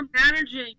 managing